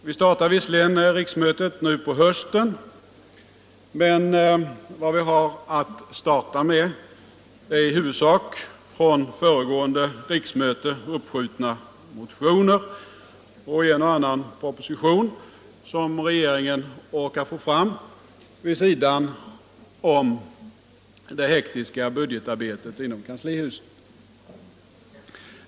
Vi startar visserligen riksmötet nu på hösten, men vad vi har att starta med är i huvudsak från föregående riksmöte uppskjutna motioner och en och annan proposition som regeringen orkat få fram vid sidan av det hektiska budgetarbetet inom kanslihuset.